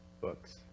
books